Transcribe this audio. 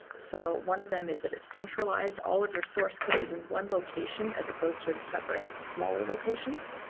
so one of them is it it centralized all of your source code is in one location as supposed to in separate smaller locations.